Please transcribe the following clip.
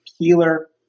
Keeler